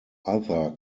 other